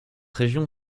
région